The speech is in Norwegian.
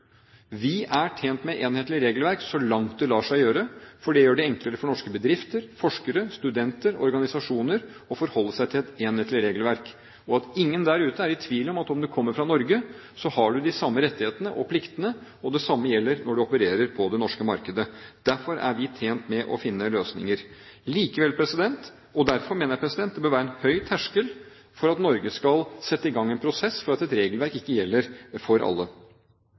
Vi er tjent med enhetlig regelverk så langt det lar seg gjøre, for det gjør det enklere for norske bedrifter, forskere, studenter, organisasjoner å forholde seg til et enhetlig regelverk, og at ingen der ute er i tvil om at om du kommer fra Norge, har du de samme rettighetene og pliktene, og det samme gjelder når du opererer på det norske markedet. Derfor er vi tjent med å finne løsninger, og derfor mener jeg det bør være en høy terskel for at Norge skal sette i gang en prosess for at et regelverk ikke gjelder for alle.